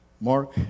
Mark